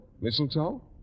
Mistletoe